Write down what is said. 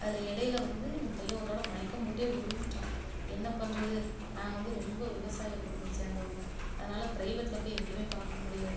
அதில் இடையில வந்து என் பையன் ஒரு தடவை மயக்கம் போட்டே விழுந்துட்டான் என்ன பண்ணுறது நாங்கள் வந்து ரொம்ப விவசாய குடும்பத்தை சேர்ந்தவங்க அதனால் பிரைவேட்டில் போய் எங்கேயுமே பார்க்க முடியாது